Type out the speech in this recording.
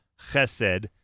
Chesed